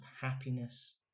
happiness